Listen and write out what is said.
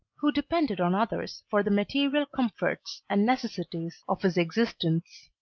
who depended on others for the material comforts and necessities of his existence.